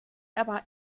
aber